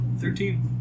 Thirteen